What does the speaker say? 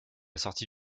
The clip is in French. sortie